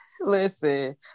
listen